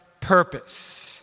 purpose